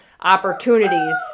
opportunities